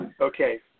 Okay